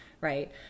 right